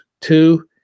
two